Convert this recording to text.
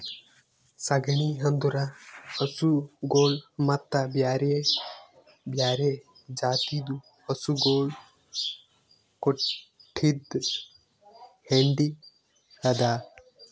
ಸಗಣಿ ಅಂದುರ್ ಹಸುಗೊಳ್ ಮತ್ತ ಬ್ಯಾರೆ ಬ್ಯಾರೆ ಜಾತಿದು ಹಸುಗೊಳ್ ಕೊಟ್ಟಿದ್ ಹೆಂಡಿ ಅದಾ